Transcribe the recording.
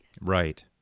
Right